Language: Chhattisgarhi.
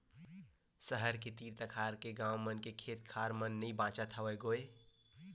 सहर के तीर तखार के गाँव मन के खेत खार मन नइ बाचत हवय गोय